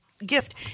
Gift